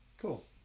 cool